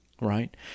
right